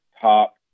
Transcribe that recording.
top